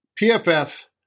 PFF